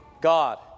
God